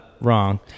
wrong